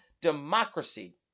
democracy